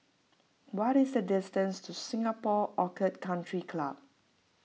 what is the distance to Singapore Orchid Country Club